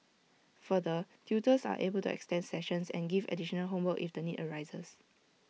further tutors are able to extend sessions and give additional homework if the need arises